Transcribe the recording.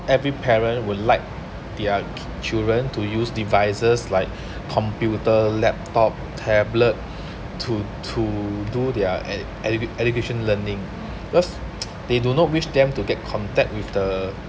every parent would like their ch~ children to use devices like computer laptop tablet to to do their ed~ educ~ education learning because they do not wish them to get contact with the